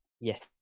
Yes